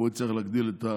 הוא הצליח להגדיל את,